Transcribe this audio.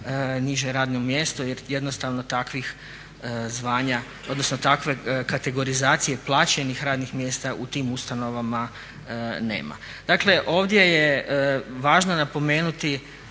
niže radno mjesto jer jednostavno takvih zvanja, odnosno takve kategorizacije plaćenih radnih mjesta u tim ustanovama nema. Dakle ovdje je važno napomenuti